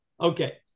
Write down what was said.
okay